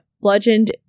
bludgeoned